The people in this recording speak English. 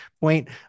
point